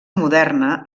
moderna